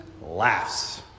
laughs